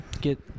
get